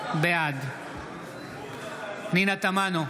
בעד פנינה תמנו,